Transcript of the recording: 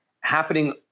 happening